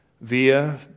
via